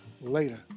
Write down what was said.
Later